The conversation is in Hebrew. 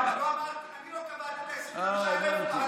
אני לא קבעתי את ה-25,000, אה, הבנתי.